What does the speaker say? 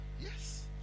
yes